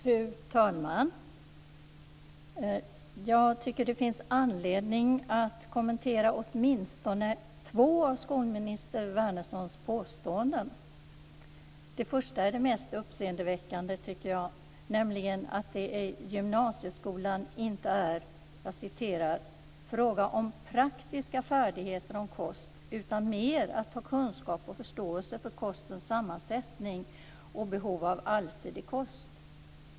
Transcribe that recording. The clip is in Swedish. Fru talman! Jag tycker att det finns anledning att kommentera åtminstone två av skolminister Wärnerssons påståenden. Det första är det mest uppseendeväckande, tycker jag, nämligen att det i gymnasieskolan inte är "fråga om 'praktiska' färdigheter om kost utan mer att ha kunskap och förståelse för kostens sammansättning och behov av allsidig kost".